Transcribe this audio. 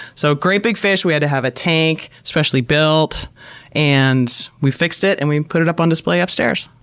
so, a great big fish we had to have a tank specially built and we fixed it and we put it up on display upstairs.